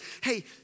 hey